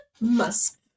Musk